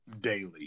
daily